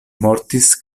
mortis